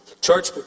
church